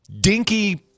dinky